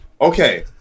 Okay